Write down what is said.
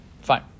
fine